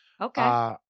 Okay